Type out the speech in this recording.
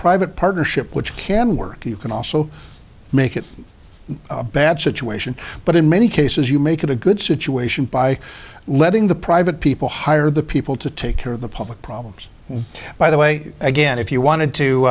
private partnership which can work you can also make it a bad situation but in many cases you make it a good situation by letting the private people hire the people to take care of the public problems by the way again if you wanted to